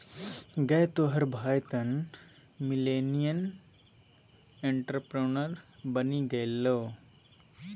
गै तोहर भाय तँ मिलेनियल एंटरप्रेन्योर बनि गेलौ